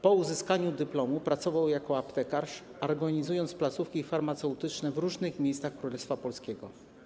Po uzyskaniu dyplomu pracował jako aptekarz, organizując placówki farmaceutyczne w różnych miejscach Królestwa Polskiego.